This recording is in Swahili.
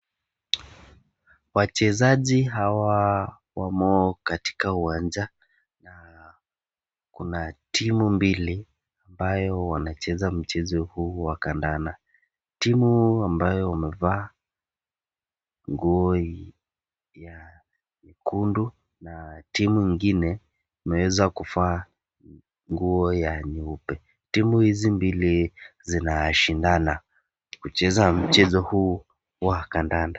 Wachezaji hawa wamo katika uwanja, na kuna timu mbili ambayo wanacheza mchezo huu wa kandanda, timu ambayo imevaa nguo nyekundu na timu ingine imeeza kuvaa nguo ya nyeupe timu hizi mbili zinashindana kucheza mchezo huo wa kadanda.